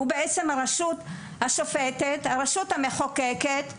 הוא בעצם הרשות השופטת, המחוקקת והמבצעת.